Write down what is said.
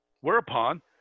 Whereupon